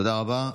תודה רבה.